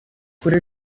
could